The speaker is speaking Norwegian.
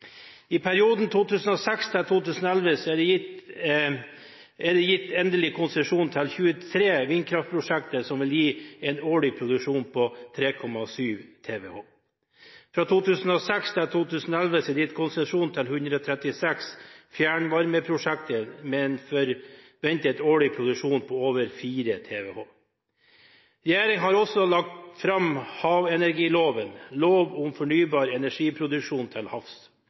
I perioden 2006–2011 er det gitt endelig konsesjon til 23 vindkraftprosjekter, som vil gi en årlig produksjon på 3,7 TWh. Fra 2006 til 2011 er det gitt konsesjon til 136 fjernvarmeprosjekter med en forventet årlig produksjon på over 4 TWh. Regjeringen har også lagt fram havenergiloven – lov om fornybar energiproduksjon til havs